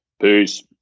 Peace